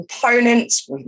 components